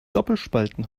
doppelspalten